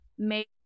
make